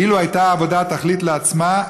אילו הייתה העבודה תכלית לעצמה,